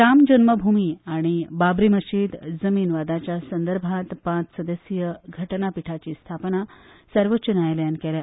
राम जल्मभूंय आनी बाबरी मशीद जमीन वादाच्या संदर्भांत पांच वांगडी घटनापिठाची स्थापणूक सर्वोच्च न्यायालयांत केल्या